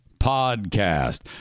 Podcast